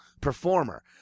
performer—